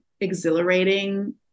exhilarating